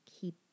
keep